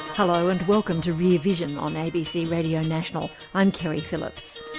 hello, and welcome to rear vision on abc radio national i'm keri phillips.